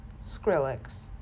Skrillex